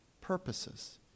purposes